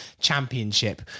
championship